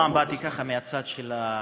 הפעם באתי ככה מהצד של הקואליציה,